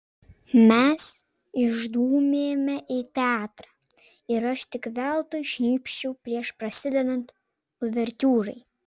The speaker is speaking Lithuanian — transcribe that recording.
mes išdūmėme į teatrą ir aš tik veltui šnypščiau prieš prasidedant uvertiūrai